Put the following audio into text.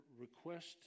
request